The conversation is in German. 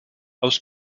aus